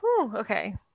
Okay